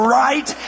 right